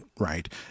right